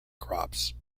crops